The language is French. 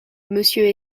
monsieur